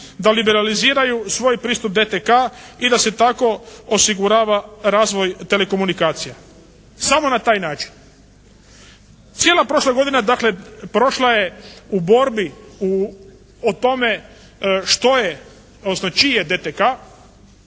da liberaliziraju svoj pristup DTK-a i da se tako osigurava razvoj telekomunikacija. Samo na taj način. Cijela prošla godina dakle prošla je u borbi o tome što je odnosno čiji je